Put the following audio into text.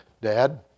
Dad